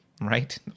Right